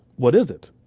what is it?